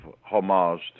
homage